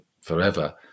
forever